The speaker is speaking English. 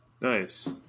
Nice